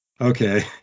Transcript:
Okay